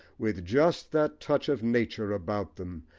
with just that touch of nature about them,